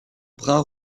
brun